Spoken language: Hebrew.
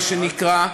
מה שנקרא,